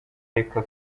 ariko